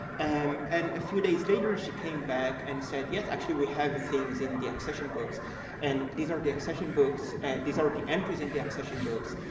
and and a few days later she came back and said yes, actually we have things in the accession books and these are accession books and these are the entries in the accession books.